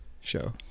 show